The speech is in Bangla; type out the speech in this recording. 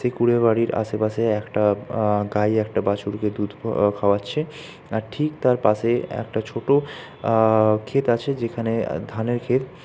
সে কুুড়ে বাড়ির আশেপাশে একটা গাই একটা বাছুরকে দুধ খাওয়াচ্ছে আর ঠিক তার পাশে একটা ছোটো ক্ষেত আছে যেখানে ধানের ক্ষেত